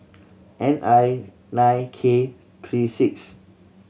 N I nine K three six